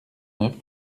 neuf